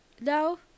no